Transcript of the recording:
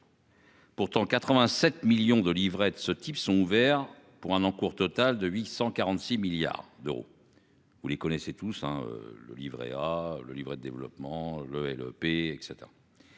Pourtant 87 millions de livrets de ce type sont ouverts pour un encours total de 846 milliards d'euros. Vous les connaissez tous hein. Le Livret A, le livret de développement le le LEP et